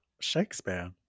shakespeare